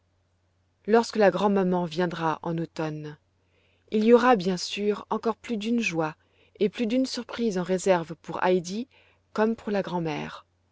lorsque la grand'maman viendra en automne il y aura bien sûr encore plus d'une joie et plus d'une surprise en réserve pour heidi comme pour la grand mère